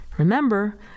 Remember